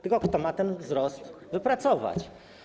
Tylko kto ma ten wzrost wypracować?